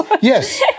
Yes